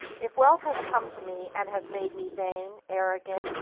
if wealth has come to me and has made me vain, arrogant,